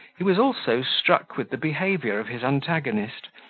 he was also struck with the behaviour of his antagonist,